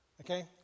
okay